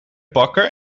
bakker